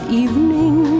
evening